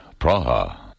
Praha